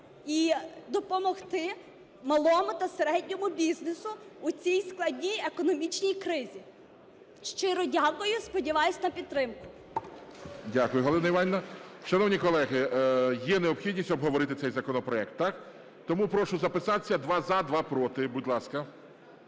і допомогти малому та середньому бізнесу у цій складній економічній кризі. Щиро дякую. Сподіваюся на підтримку. ГОЛОВУЮЧИЙ. Дякую, Галина Іванівна. Шановні колеги, є необхідність обговорити цей законопроект, так? Тому прошу записатись: два – за, два – проти, будь ласка.